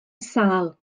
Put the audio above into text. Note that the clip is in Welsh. sâl